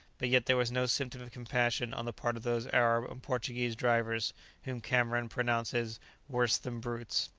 but yet there was no symptom of compassion on the part of those arab and portuguese drivers whom cameron pronounces worse than brutes.